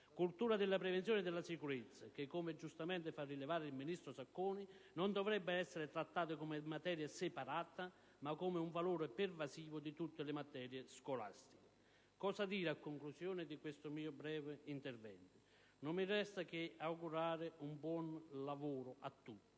cultura della prevenzione e della sicurezza, come giustamente fa rilevare il ministro Sacconi, non dovrebbe essere trattata come materia separata ma come un valore pervasivo di tutte le materie scolastiche. A conclusione di questo mio breve intervento non mi resta che augurare buon lavoro a tutti